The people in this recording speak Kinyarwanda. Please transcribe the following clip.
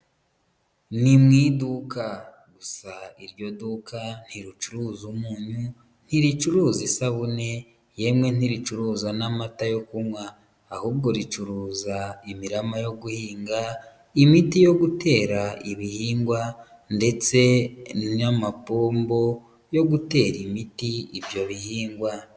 Ni mu iduka gusa iryo duka ntiricuruza umunyu, ntiricuruza isabune yemwe ntiricuruza n'amata yo kunywa ahubwo ricuruza imirama yo guhinga=, imiti yo gutera ibihingwa ndetse n'amapombo yo gutera imiti ibyo bihingwa.